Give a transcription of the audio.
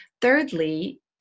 Thirdly